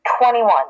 Twenty-one